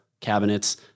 cabinets